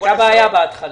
הייתה בעיה בהתחלה.